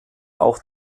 auch